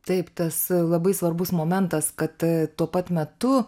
taip tas labai svarbus momentas kad tuo pat metu